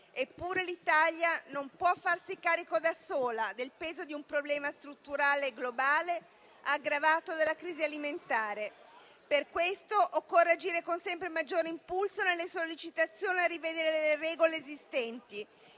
Eppure, l'Italia non può farsi carico da sola del peso di un problema strutturale e globale aggravato dalla crisi alimentare. Per questo occorre agire con sempre maggiore impulso nelle sollecitazioni a rivedere le regole esistenti